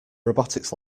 robotics